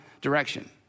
direction